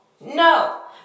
no